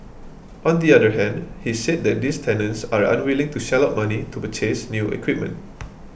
on the other hand he said that these tenants are unwilling to shell out money to purchase new equipment